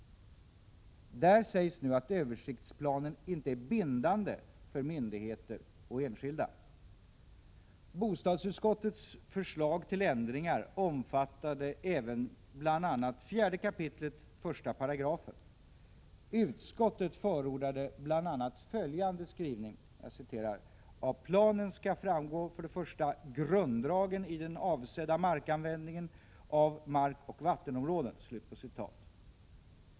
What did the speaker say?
Där utsägs nu att översiktsplanen inte är bindande för myndigheter och enskilda. Bostadsutskottets förslag till ändringar omfattade även bl.a. 4 kap. 1§. Utskottet förordade bl.a. följande skrivning: ”Av planen skall framgå 1. grunddragen i den avsedda användningen av markoch vattenområden”.